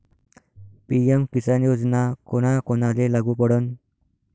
PM Kisan योजना कोना कोनाले लागू पडन?